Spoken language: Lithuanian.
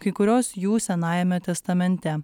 kai kurios jų senajame testamente